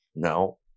No